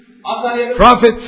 prophets